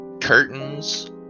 curtains